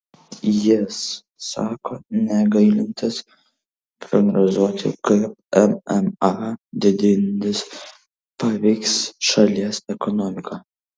jis sako negalintis prognozuoti kaip mma didinimas paveiks šalies ekonomiką